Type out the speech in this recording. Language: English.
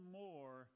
more